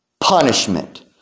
punishment